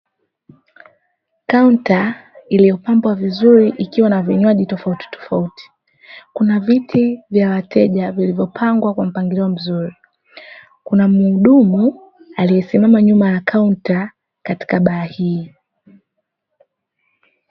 Kaunta iliyopambwa vizuri ikiwa na vinywaji tofauti tofauti. Kuna viti vya wateja vilivyopangwa kwa mpangilio mzuri. Kuna mhudumu aliyesimama nyuma ya kaunta katika baa hii.